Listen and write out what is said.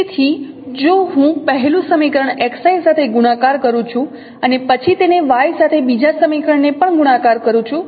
તેથી જો હું પહેલું સમીકરણ x i સાથે ગુણાકાર કરું છું અને પછી તેને y સાથે બીજા સમીકરણને પણ ગુણાકાર કરું છું